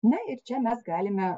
ne ir čia mes galime